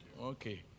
Okay